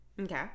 Okay